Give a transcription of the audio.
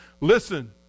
Listen